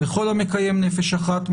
וכל המקיים נפש אחת,